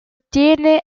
ottiene